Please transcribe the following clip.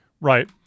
Right